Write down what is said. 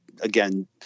again